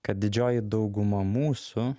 kad didžioji dauguma mūsų